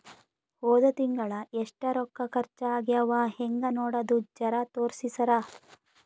ಹೊದ ತಿಂಗಳ ಎಷ್ಟ ರೊಕ್ಕ ಖರ್ಚಾ ಆಗ್ಯಾವ ಹೆಂಗ ನೋಡದು ಜರಾ ತೋರ್ಸಿ ಸರಾ?